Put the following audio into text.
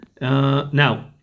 Now